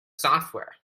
software